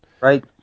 right